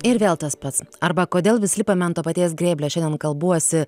ir vėl tas pats arba kodėl vis lipame ant to paties grėblio šiandien kalbuosi